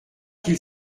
qu’il